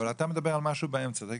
אבל אתה מדבר על משהו באמצע.